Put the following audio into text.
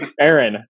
Aaron